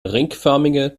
ringförmige